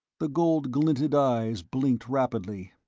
the gold-glinted eyes blinked rapidly.